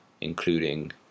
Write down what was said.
including